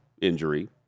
injury